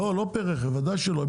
בוודאי שלא, לא פר רכב.